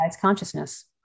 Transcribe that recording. consciousness